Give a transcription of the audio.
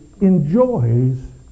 enjoys